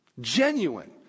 Genuine